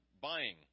buying